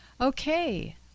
Okay